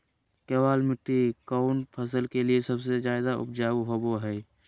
केबाल मिट्टी कौन फसल के लिए सबसे ज्यादा उपजाऊ होबो हय?